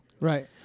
Right